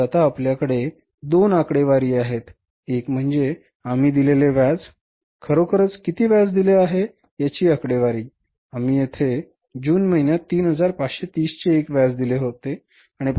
तर आता आपल्याकडे दोन आकडेवारी आहेत एक म्हणजे आम्ही दिलेले व्याज खरोखरच किती व्याज दिले आहे याची आकडेवारी आम्ही येथे जून महिन्यात 3530 चे एक व्याज दिले आहे